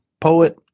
poet